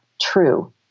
true